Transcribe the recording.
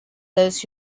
those